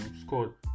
score